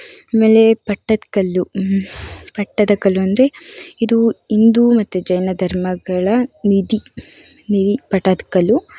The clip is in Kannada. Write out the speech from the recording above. ಆಮೇಲೆ ಪಟ್ಟದಕಲ್ಲು ಪಟ್ಟದಕಲ್ಲು ಅಂದರೆ ಇದು ಹಿಂದೂ ಮತ್ತು ಜೈನ ಧರ್ಮಗಳ ನಿಧಿ ನಿಧಿ ಪಟ್ಟದಕಲ್ಲು